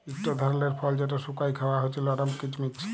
ইকট ধারালের ফল যেট শুকাঁয় খাউয়া হছে লরম কিচমিচ